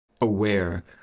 aware